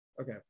Okay